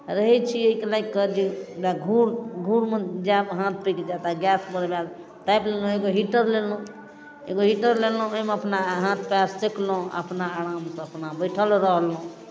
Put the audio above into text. रहै छी एहिके लागि कऽ जे घूर घूरमे जायब हाथ पाकि जायत आ गैसपर तापि लेलहुँ एगो हीटर लेलहुँ एगो हीटर लेलहुँ ओहिमे अपना हाथ पएर सेकलहुँ अपना आरामसँ अपना बैठल रहलहुँ